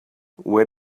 where